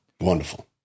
Wonderful